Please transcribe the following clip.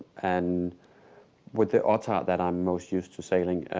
and with the ottar that i most use to sailing,